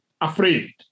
afraid